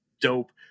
dope